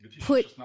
put